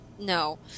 No